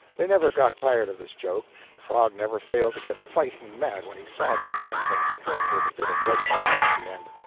they never got tired of this joke, and frog never failed to get fighting mad when he saw that dangling string with the bit of red flannel at the end.